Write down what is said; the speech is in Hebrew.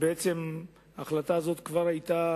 כשבעצם ההחלטה הזו כבר היתה,